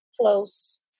close